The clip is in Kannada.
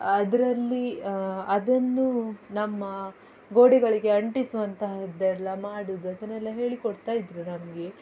ಅದರಲ್ಲಿ ಅದನ್ನು ನಮ್ಮ ಗೋಡೆಗಳಿಗೆ ಅಂಟಿಸುವಂತಹದ್ದೆಲ್ಲ ಮಾಡೋದು ಅದನ್ನೆಲ್ಲ ಹೇಳಿಕೊಡ್ತಾಯಿದ್ದರು ನಮಗೆ